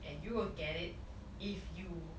and you will get it if you